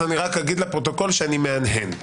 אז אני רק אגיד לפרוטוקול שאני מהנהן.